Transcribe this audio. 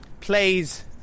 plays